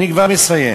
אני כבר מסיים.